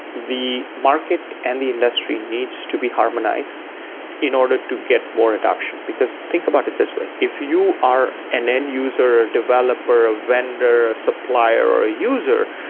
the market and the industry needs to be harmonized in order to get more adaption, because think about it this way. if you are an end user, a developer, a vendor, a supplier or a user,